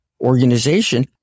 organization